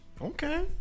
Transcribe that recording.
Okay